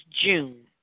June